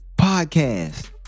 podcast